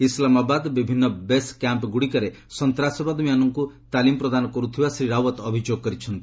ଇସ୍ଲାମାବାଦ ବିଭିନ୍ନ ବେସ୍ କ୍ୟାମ୍ପ୍ରୁଡ଼ିକରେ ସନ୍ତାସବାଦୀମାନଙ୍କୁ ତାଳିମ୍ ପ୍ରଦାନ କରୁଥିବା ଶ୍ରୀ ରାଓ୍ୱତ୍ ଅଭିଯୋଗ କରିଛନ୍ତି